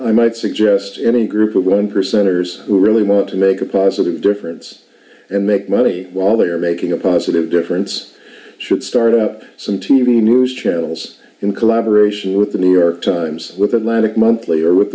i might suggest any group of one percenters who really want to make a positive difference and make money while they are making a positive difference should start up some t v news channels in collaboration with the new york times with atlantic monthly or with